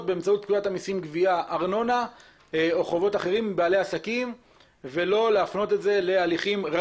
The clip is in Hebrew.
ארנונה או חובות אחרים באמצעות פקודת המסים (גבייה)